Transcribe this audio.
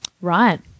Right